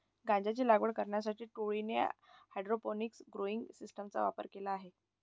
गांजाची लागवड करण्यासाठी टोळीने हायड्रोपोनिक्स ग्रोइंग सिस्टीमचा वापर केला